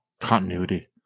continuity